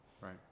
right